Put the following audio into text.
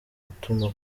gutuma